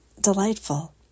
delightful